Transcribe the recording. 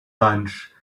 lunch